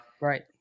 Right